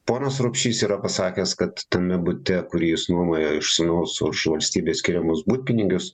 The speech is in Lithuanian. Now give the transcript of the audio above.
ponas rupšys yra pasakęs kad tame bute kurį jis nuomojo iš sūnaus už valstybės skiriamus butpinigius